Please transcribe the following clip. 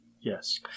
Yes